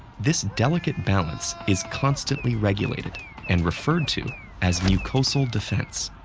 this delicate balance is constantly regulated and referred to as mucosal defense.